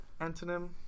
Antonym